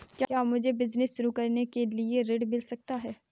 क्या मुझे बिजनेस शुरू करने के लिए ऋण मिल सकता है?